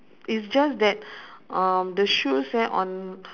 is just that um the shoes eh on